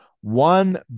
One